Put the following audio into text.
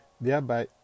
thereby